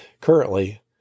Currently